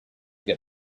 get